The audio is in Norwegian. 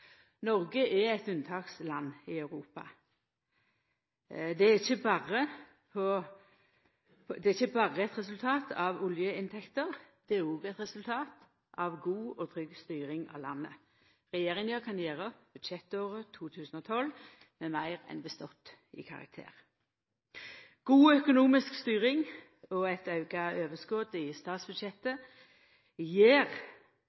Noreg er eit unntaksland i Europa. Det er ikkje berre eit resultat av oljeinntekter, det er òg eit resultat av god og trygg styring av landet. Regjeringa kan gjera opp budsjettåret 2012 med meir enn bestått i karakter. God økonomisk styring og eit auka overskot i statsbudsjettet